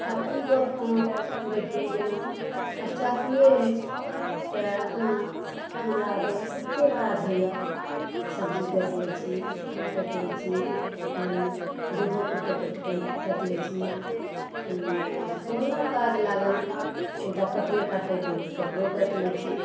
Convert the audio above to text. आब ई गप अहाँके देखियौ जेना आब चाकूवे अछि तऽ हमरा ओकर कते काज होइया सब्जी काटि लै छी फल काटि लै छी कने दूधोके पैकेट काटि लै छी कोनो काज लागल कनिटा कपरा काटयके तऽ कपरो काटि लै छी